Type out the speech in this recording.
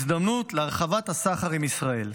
הזדמנות להרחבת הסחר עם ישראל.